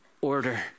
order